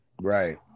Right